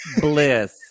bliss